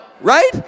Right